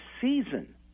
season